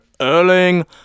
Erling